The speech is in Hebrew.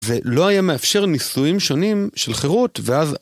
זה לא היה מאפשר ניסויים שונים של חירות ואז...